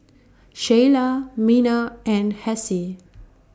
Sheilah Miner and Hassie